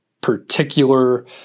particular